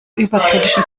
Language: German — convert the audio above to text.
überkritischen